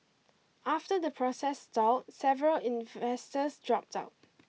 after the process stalled several investors dropped out